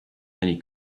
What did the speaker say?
many